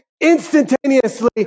instantaneously